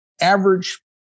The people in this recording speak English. average